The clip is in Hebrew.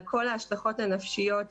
על כל ההשלכות הנפשיות,